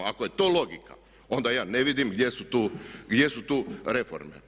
Ako je to logika onda ja ne vidim gdje su tu reforme.